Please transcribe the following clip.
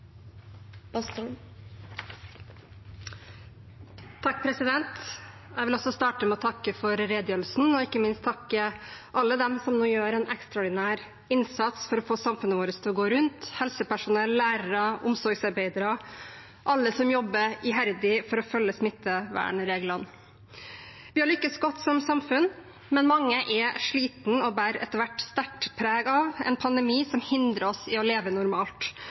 Jeg vil også starte med å takke for redegjørelsene og ikke minst takke dem som gjør en ekstraordinær innsats for å få samfunnet vårt til å gå rundt – helsepersonell, lærere, omsorgsarbeidere, alle som jobber iherdig for å følge smittevernreglene. Vi har lyktes godt som samfunn, men mange er slitne og bærer etter hvert sterkt preg av en pandemi som hindrer oss i å leve normalt